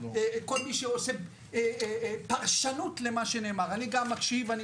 כל מי שעושה פרשנות למה שנאמר אני גם מקשיב ואני